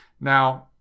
Now